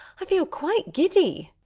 i feel quite giddy.